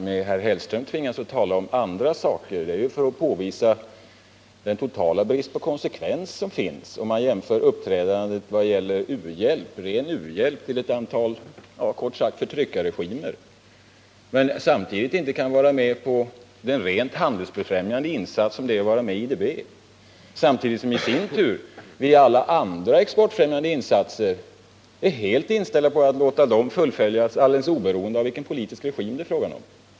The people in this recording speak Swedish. Anledningen till att man tvingas tala om andra saker med herr Hellström är, att man måste påvisa den totala brist på konsekvens som finns mellan utdelandet av ren u-hjälp till, kort sagt, ett antal förtryckarregimer och motståndet mot den handelsbefrämjande insats som medlemskapet i IDB innebär — samtidigt som vi är helt inställda på att låta alla andra exportfrämjande insatser fullföljas oberoende av vilken politisk regim det är fråga om.